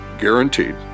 guaranteed